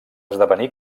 esdevenir